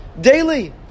Daily